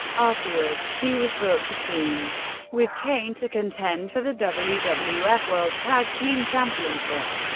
afterward, he was booked to team with kane to contend for the wwf wwf world tag team championship.